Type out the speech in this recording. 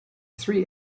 three